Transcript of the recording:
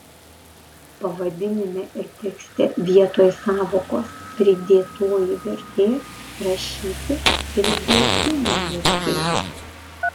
pavadinime ir tekste vietoj sąvokos pridėtoji vertė rašyti pridėtinė vertė